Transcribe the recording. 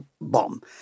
bomb